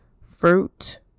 fruit